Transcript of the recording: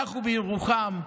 אנחנו בירוחם,